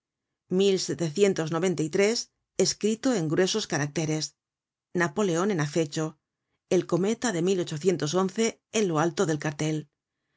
una revolucion un gran hombre escrito en gruesos caracteres napoleon en acecho el cometa de en lo alto del cartel